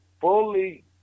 fully